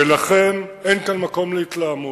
ולכן, אין כאן מקום להתלהמות,